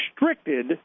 restricted